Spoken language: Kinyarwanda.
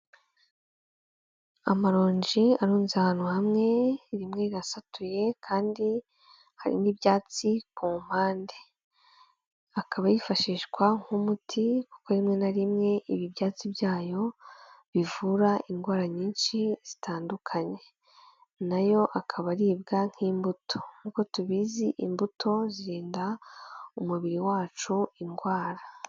Amaronji arunze ahantu hamwe, rimwe rirasatuye kandi hari n'ibyatsi ku mpande, akaba yifashishwa nk'umuti, kuko rimwe na rimwe ibi ibyatsi byayo bivura idwara nyinshi zitandukanye, nayo akaba aribwa nk'imbuto, nk'uko tubizi imbuto zirinda umubiri wacu indwara.